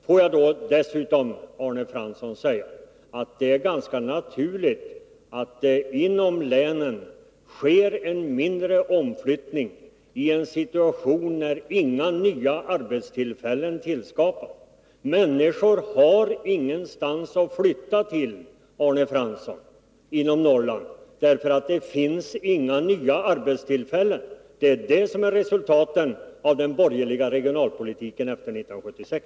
Får jag dessutom säga till Arne Fransson att det är ganska naturligt att det inom länen sker en mindre omflyttning i en situation där inga nya arbetstillfällen tillskapas. Människor har ingenstans att flytta inom Norrland, därför att det finns inte några nya arbetstillfällen. Det är det som är resultatet av den borgerliga regionalpolitiken efter 1976.